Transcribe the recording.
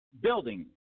building